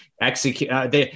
execute